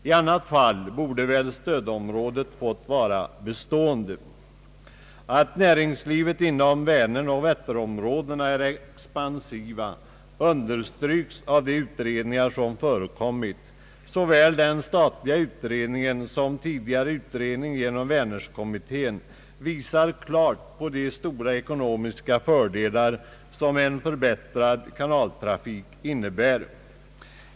I annat fall borde väl stödområdet fått vara bestående. Att näringslivet inom Väneroch Vätterområdena är expansivt understryks av de utredningar som förekommit. Såväl den statliga utredningen som den tidigare utredningen genom Vänerkommittén visar klart på de stora ekonomiska fördelar som en förbättrad kanaltrafik innebär.